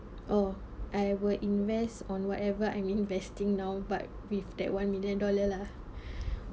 oh I will invest on whatever I'm investing now but with that one million dollar lah